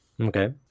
Okay